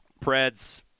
Preds